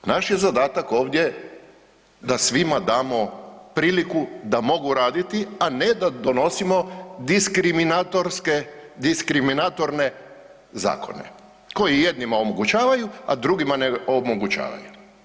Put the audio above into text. Naš je zadatak ovdje da svima damo priliku da mogu raditi, a ne da donosimo diskriminatorske, diskriminatorne zakone koji jednima omogućavaju, a drugima ne omogućavaju.